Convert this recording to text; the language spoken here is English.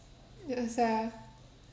yes ah